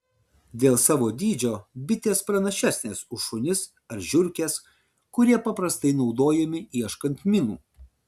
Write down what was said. dėl savo dydžio bitės pranašesnės už šunis ar žiurkes kurie paprastai naudojami ieškant minų